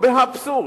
למרבה האבסורד,